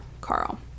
Carl